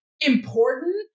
important